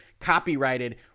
copyrighted